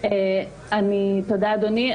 תודה אדוני.